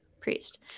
priest